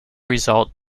result